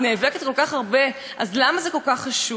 את נאבקת כל כך הרבה, אז למה זה כל כך חשוב?